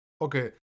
Okay